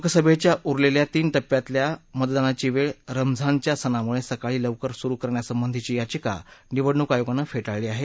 लोकसभेच्या उरलेल्या तीन टप्प्यातल्या मतदानाची वेळ रमजानच्या सणामुळे सकाळी लवकर सुरु करण्यासंबंधीची याचिका निवडणूक आयोगानं फेटाळली आहे